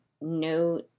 no